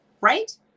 right